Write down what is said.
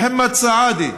מוחמד סעדה,